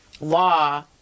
law